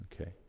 Okay